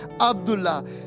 Abdullah